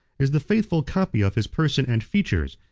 is the faithful copy of his person and features,